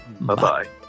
Bye-bye